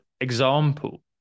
example